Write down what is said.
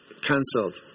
Cancelled